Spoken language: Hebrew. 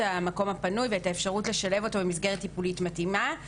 המקום הפנוי ואת האפשרות לשלב אותו במסגרת טיפולית מתאימה.